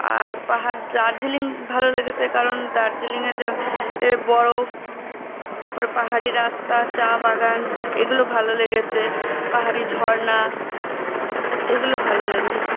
আর পাহাড় দার্জিলিং ভালো লেগেছে কারণ দার্জিলিংয়ে যা এ বরফ তারপর পাহাড়ি রাস্তা চা বাগান এগুলো ভালো লেগেছে পাহাড়ি ঝর্ণা এগুলো ভালো লেগেছে